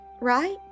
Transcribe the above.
right